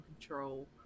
control